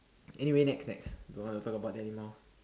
anyway next next don't want to talk about that anymore